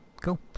Cool